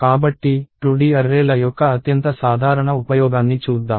కాబట్టి 2D array ల యొక్క అత్యంత సాధారణ ఉపయోగాన్ని చూద్దాం